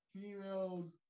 female